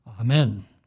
Amen